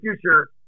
future